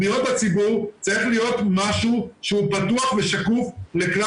פניות הציבור צריך להיות משהו שהוא פתוח ושקוף לכלל